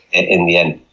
and in the end,